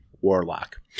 Warlock